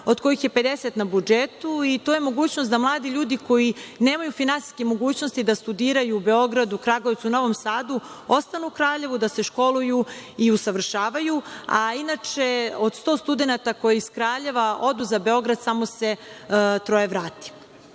od kojih je 50 na budžetu i to je mogućnost da mladi ljudi koji nemaju finansijske mogućnosti da studiraju u Beogradu, Kragujevcu, Novom Sadu, ostanu u Kraljevu da se školuju i usavršavaju. Inače, od 100 studenata koji iz Kraljeva odu za Beograd, samo se troje